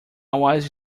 was